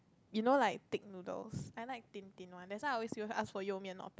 you know like thick noodles i like thin thin one that's why i always ask for you mian not ban mian